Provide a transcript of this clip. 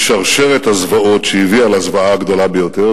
משרשרת הזוועות שהביאה לזוועה הגדולה ביותר,